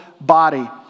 body